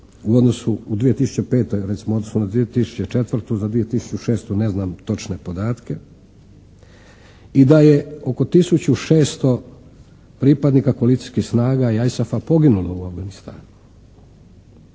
u odnosu u 2005. recimo u odnosu na 2004. Za 2006. ne znam točne podatke i da je oko 1600 pripadnik koalicijskih snaga i ISAF-a poginulo u Afganistanu.